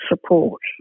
support